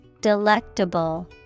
Delectable